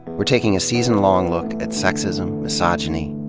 we're taking a season long look at sexism, misogyny.